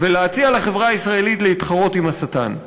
ולהציע לחברה הישראלית להתחרות עם השטן.